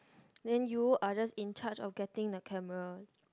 then you are just in charge of getting the camera